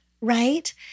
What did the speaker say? right